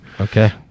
okay